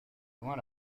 loin